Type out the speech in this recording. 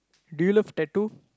do you love tattoo